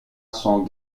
son